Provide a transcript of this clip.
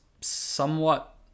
somewhat